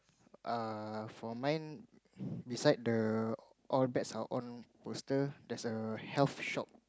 err for mine beside the all bets are on poster there's a health shop